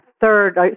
third